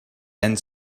and